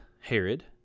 Herod